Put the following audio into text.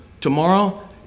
Tomorrow